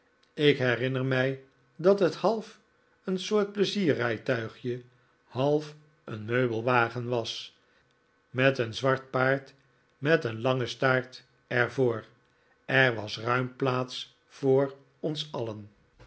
ik herinner mij dat het half een soort pleizierrijtuigje half een meubelwadavid copperfield gen was met een zwart paard met een langen staart er voor er was ruim plaats voor ons alien